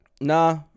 nah